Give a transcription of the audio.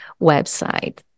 website